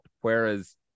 whereas